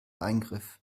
eingriff